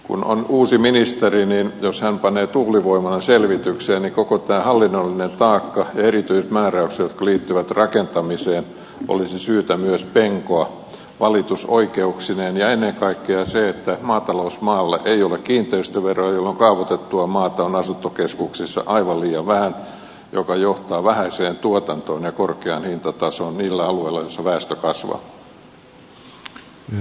kun on uusi ministeri niin jos hän panee tuulivoimalan selvitykseen niin koko tämä hallinnollinen taakka ja erityismääräykset jotka liittyvät rakentamiseen olisi syytä myös penkoa valitusoikeuksineen ja ennen kaikkea se että maatalousmaalle ei ole kiinteistöveroa jolloin kaavoitettua maata on asuntokeskuksissa aivan liian vähän mikä johtaa vähäiseen tuotantoon ja korkeaan hintatasoon niillä alueilla joilla väestö kasvaa